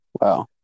Wow